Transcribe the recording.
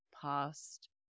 past